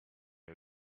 you